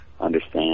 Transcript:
understand